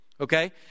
Okay